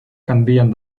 canvien